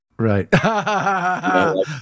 right